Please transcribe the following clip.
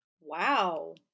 Wow